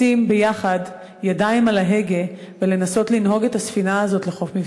לשים ביחד ידיים על ההגה ולנסות לנהוג את הספינה הזאת לחוף מבטחים.